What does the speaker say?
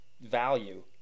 value